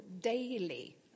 daily